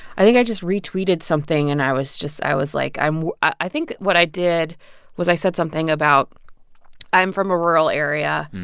i think i just retweeted something. and i was just i was, like i think what i did was i said something about i'm from a rural area.